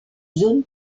zone